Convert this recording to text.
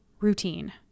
routine